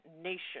Nation